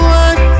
one